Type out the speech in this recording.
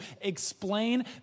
explain